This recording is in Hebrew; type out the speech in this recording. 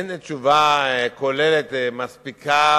כלומר, אין תשובה כוללת מספיקה